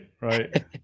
Right